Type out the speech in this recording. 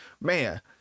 man